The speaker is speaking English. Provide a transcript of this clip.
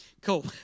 Cool